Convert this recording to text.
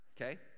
okay